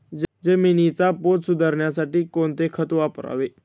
जमिनीचा पोत सुधारण्यासाठी कोणते खत वापरावे?